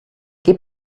gebe